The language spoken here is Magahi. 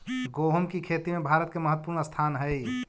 गोहुम की खेती में भारत के महत्वपूर्ण स्थान हई